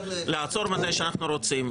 לעצור מתי שאנחנו רוצים.